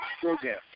program